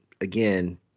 Again